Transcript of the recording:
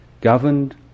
Governed